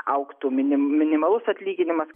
augtų mini minimalus atlyginimas